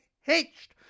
hitched